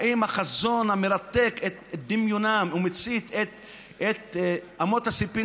האם החזון המרתק את דמיונם ומצית את אמות הסיפים